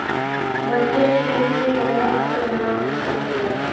बंजर खेत में कउनो फसल ना हो सकेला